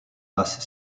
basse